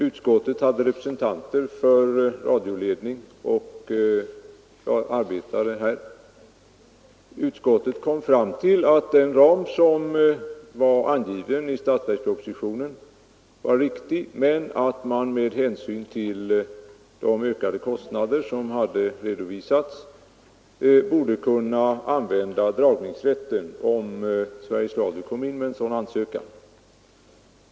Utskottet lät därvid representanter för radioledning och anställda komma till tals, och utskottet kom fram till att den ram som var angiven i statsverkspropositionen var riktig, men att man med hänsyn till de ökade kostnaderna som hade redovisats borde kunna använda dragningsrätten, om Sveriges Radio kom in med en motiverad ansökan.